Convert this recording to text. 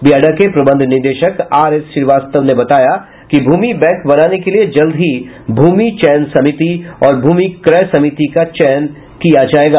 बियाडा के प्रबंध निदेशक आर एस श्रीवास्तव ने बताया कि भूमि बैंक बनाने के लिए जल्द ही भूमि चयन समिति और भूमि क्रय समिति का चयन किया जायेगा